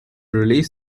release